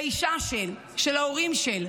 לאישה-של, להורים-של.